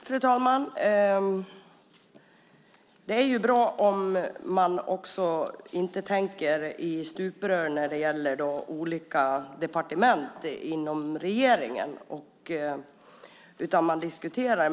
Fru talman! Det är bra om man inte tänker i stuprör när det gäller olika departement inom regeringen utan diskuterar.